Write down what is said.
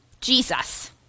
Jesus